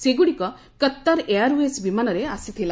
ସେଗୁଡ଼ିକ Qatar airways ବିମାନରେ ଆସିଥିଲା